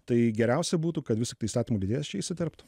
tai geriausia būtų kad vistiktai įstatymų leidėjas čia įsiterptų